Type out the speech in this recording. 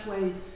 ways